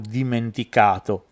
dimenticato